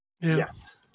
Yes